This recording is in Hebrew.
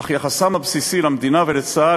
אך יחסם הבסיסי למדינה ולצה"ל,